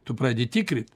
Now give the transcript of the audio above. tu pradedi tikrint